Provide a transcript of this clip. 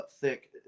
thick